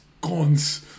guns